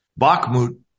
Bakhmut